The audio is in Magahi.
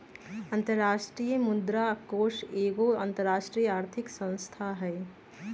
अंतरराष्ट्रीय मुद्रा कोष एगो अंतरराष्ट्रीय आर्थिक संस्था हइ